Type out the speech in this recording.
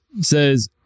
says